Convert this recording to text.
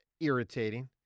irritating